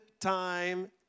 time